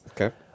Okay